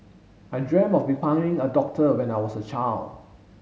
I dream of becoming a doctor when I was a child